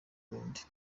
burundi